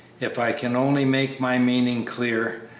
if i can only make my meaning clear,